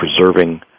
preserving